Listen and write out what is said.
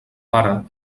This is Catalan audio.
pare